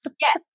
Yes